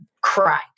cry